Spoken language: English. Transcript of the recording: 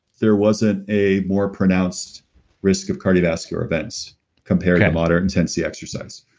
there wasn't a more pronounced risk of cardiovascular events compared to moderate intensity exercise.